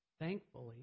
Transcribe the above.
thankfully